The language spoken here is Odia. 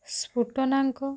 ସ୍ପୁଟନାଙ୍କ